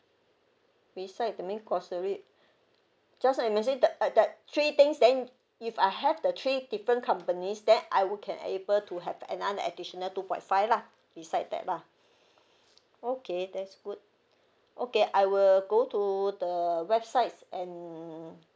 beside the main grocery just now you mentioned that uh that three things then if I have the three different companies then I will can able to have another additional two point five lah beside that lah okay that's good okay I will go to the websites and